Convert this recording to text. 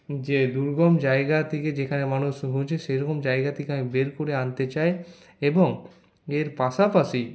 যে দূর্গম জায়গা থেকে যেখানে মানুষ রয়েছে সেইরকম জায়গা থেকে আমি বের করে আনতে চাই এবং এর পাশাপাশি